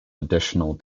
additional